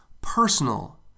personal